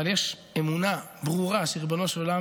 אבל יש אמונה ברורה שריבונו של עולם